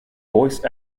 voice